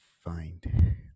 find